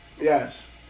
Yes